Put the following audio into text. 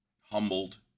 humbled